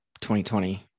2020